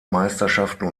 meisterschaften